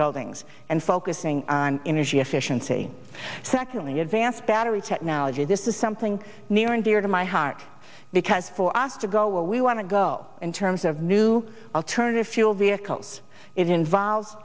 buildings and focusing on energy efficiency secondly advanced battery technology this is something near and dear to my heart because for us to go where we want to go in terms of new alternative fuel vehicles it involves